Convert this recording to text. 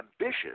ambitious